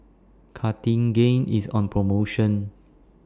Cartigain IS on promotion